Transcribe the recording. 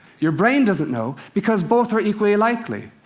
your brain doesn't know, because both are equally likely.